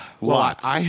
Lots